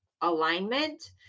alignment